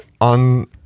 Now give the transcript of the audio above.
on